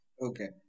Okay